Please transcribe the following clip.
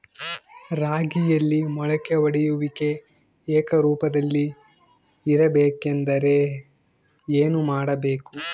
ರಾಗಿಯಲ್ಲಿ ಮೊಳಕೆ ಒಡೆಯುವಿಕೆ ಏಕರೂಪದಲ್ಲಿ ಇರಬೇಕೆಂದರೆ ಏನು ಮಾಡಬೇಕು?